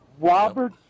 Robert